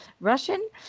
Russian